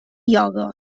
ioga